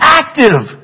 active